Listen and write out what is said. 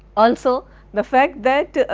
also the fact that,